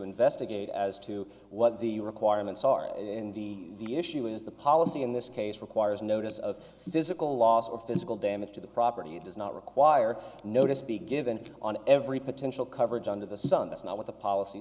investigate as to what the requirements are in the issue is the policy in this case requires notice of physical loss or physical damage to the property does not require notice to be given on every potential coverage under the sun that's not what the policy